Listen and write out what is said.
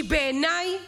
כי בעיניי